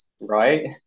right